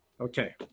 Okay